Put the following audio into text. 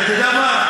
אתה יודע מה,